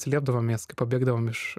slėpdavomės kai pabėgdavom iš